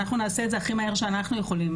אנחנו נעשה את זה הכי מהר שאנחנו יכולים,